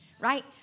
right